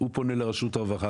הוא פונה לרשות הרווחה,